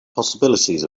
possibilities